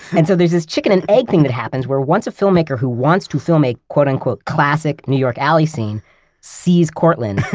and so, there's this chicken-and-egg thing that happens where, once a filmmaker who wants to film a quote-unquote classic new york alley scene sees cortlandt,